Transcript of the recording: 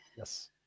Yes